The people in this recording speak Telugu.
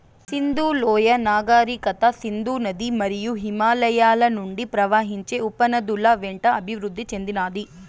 సింధు లోయ నాగరికత సింధు నది మరియు హిమాలయాల నుండి ప్రవహించే ఉపనదుల వెంట అభివృద్ది చెందినాది